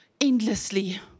endlessly